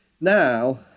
now